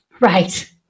Right